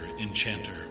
enchanter